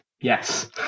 Yes